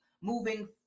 moving